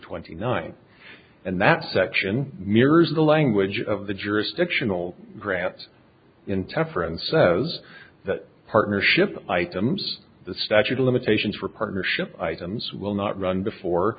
twenty nine and that section mirrors the language of the jurisdictional grant intemperance says that partnership items the statute of limitations for partnership items will not run before